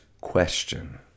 question